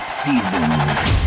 season